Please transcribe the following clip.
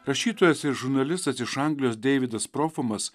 rašytojas ir žurnalistas iš anglijos deividas profumas